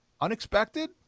unexpected